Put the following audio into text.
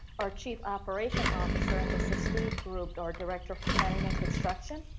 our chief operation officer and mr. steve grube, our director for planning and construction.